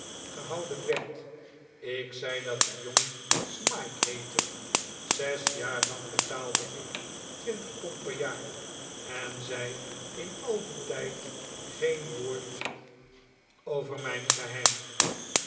gehouden werd ik zei dat de jongen smike heette zes jaar lang betaalde ik twintig pond per jaar en zei in al dien tijd geen woord over mijn geheim